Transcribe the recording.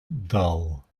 dull